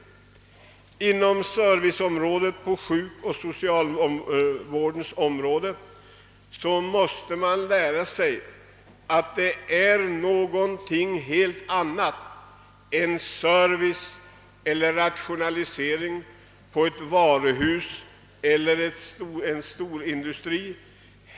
Man måste lära sig att service på sjuk och socialvårdens område är någonting helt annat än service och rationalisering på ett varuhus eller i en stor industri.